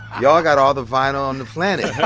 y'all got all the vinyl on the planet yeah